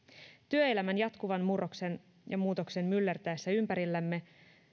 työelämän jatkuvan murroksen ja muutoksen myllertäessä ympärillämme